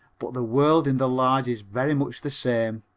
but the world in the large is very much the same.